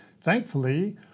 thankfully